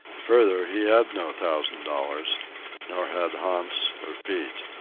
further, he had no thousand dollars nor had hans or pete.